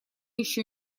еще